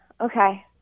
Okay